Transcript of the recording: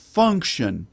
function